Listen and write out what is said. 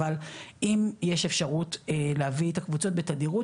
אבל אם יש אפשרות להביא את הקבוצות בתדירות